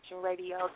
Radio